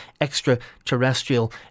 extraterrestrial